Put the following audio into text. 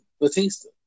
Batista